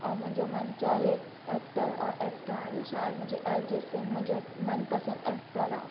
ऐं मुंहिंजो मन चाहे एक्टर और एक्ट्रानी छाहे मुंहिंजे अर्जित सिंघ मुंहिंजो मन पसंदि एक्टर आहे